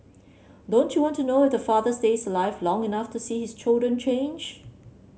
don't you want to know if the father stays alive long enough to see his children change